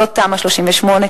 גם לא תמ"א 38,